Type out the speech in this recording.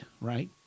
right